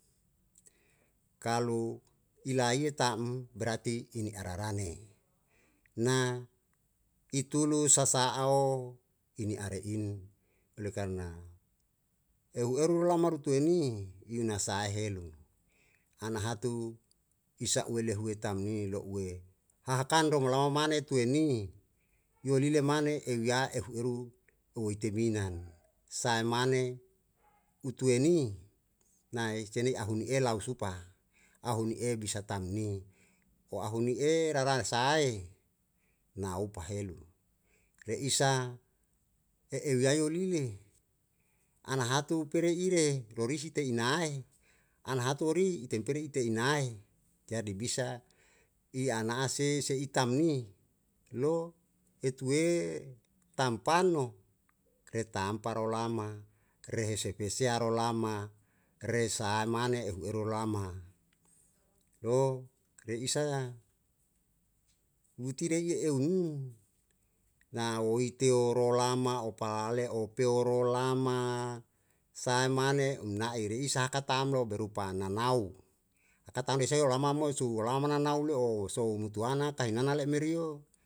Kalu ilaie ta'm berati ini a rarane na i tulu sasa ao ini a re in oleh karna uhe eru lama rutue ni yuna sae helu ana hatu isa uele huete tamni lo'ue hahakando mlama mane tue ni yo lile mane eu ya ehu eru u eteminan sae mane u tue ni nae se ni ahu ni ela u supa ahu ni e bisa tamni o ahu ni e rara sae na upa helu re isa e'e wi yayo lile ana hatu u pere ire rorisi te inae ana hatu ori item peri ite inae jadi bisa i anase se'i tamni lo e tue tampano re tama rolama re hese pea rolama re sae mane ehu eru lama lo re isa wuti rie eu nu na woiteo roloma opalale opeo rolama sae mane mna'e i re isaka tamlo berupa nanau aka tam de se olama moe su lama nanau le'o sou nutuana kai hinana le' merio.